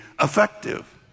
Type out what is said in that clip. effective